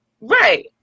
Right